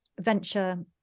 venture